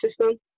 system